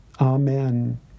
Amen